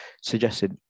suggested